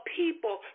people